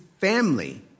family